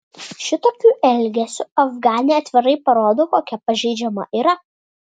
šitokiu elgesiu afganė atvirai parodo kokia pažeidžiama yra